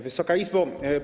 Wysoka Izbo!